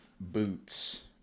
boots